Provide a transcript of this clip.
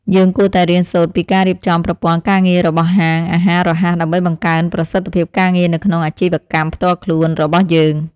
យើងគួរតែរៀនសូត្រពីការរៀបចំប្រព័ន្ធការងាររបស់ហាងអាហាររហ័សដើម្បីបង្កើនប្រសិទ្ធភាពការងារនៅក្នុងអាជីវកម្មផ្ទាល់ខ្លួនរបស់យើង។